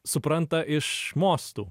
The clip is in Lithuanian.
supranta iš mostų